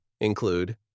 include